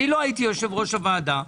אני לא הייתי יושב-ראש הוועדה,